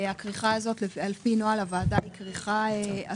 הכריכה הזו על פי נוהל הוועדה היא כריכה אסורה.